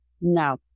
No